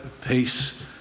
peace